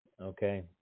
Okay